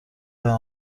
ترین